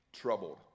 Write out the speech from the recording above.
Troubled